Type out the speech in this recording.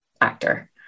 actor